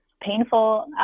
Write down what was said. painful